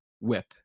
whip